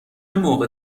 موقع